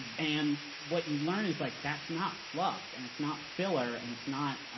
and and what you learn is like that's not fluff and it's not filler and it's not